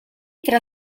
tra